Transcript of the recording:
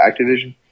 Activision